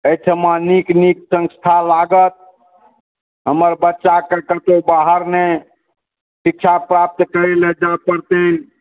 एहिठमा नीक नीक संस्था लागत हमर बच्चाके कतहुँ बाहर नहि शिक्षा प्राप्त करै लए जाए पड़तै